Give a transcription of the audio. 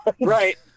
Right